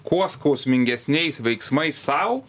kuo skausmingesniais veiksmais sau